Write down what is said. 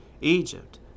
Egypt